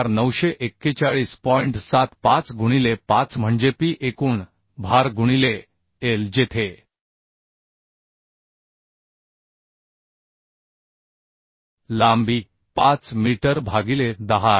75 गुणिले 5 म्हणजे P एकूण भार गुणिलेL जेथे लांबी 5 मीटर भागिले 10 आहे